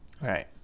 right